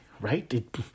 right